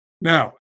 Now